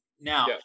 Now